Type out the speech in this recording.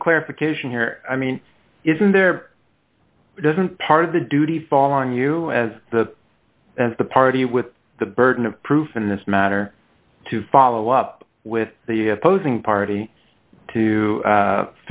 some clarification here i mean isn't there doesn't part of the duty following you as the as the party with the burden of proof in this matter to follow up with the opposing party to